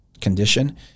condition